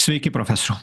sveiki profesoriau